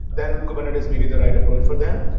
then kubernetes may be the right approach for them,